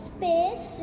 Space